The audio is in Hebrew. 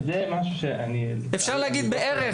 אפשר להגיד בערך,